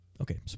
Okay